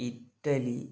Italy